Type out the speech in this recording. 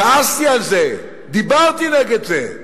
כעסתי על זה, דיברתי נגד זה.